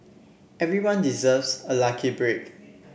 everyone deserves a lucky break